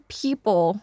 people